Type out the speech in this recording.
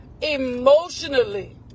emotionally